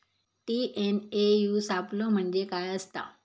TNAU सापलो म्हणजे काय असतां?